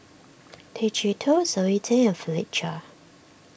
Tay Chee Toh Zoe Tay and Philip Chia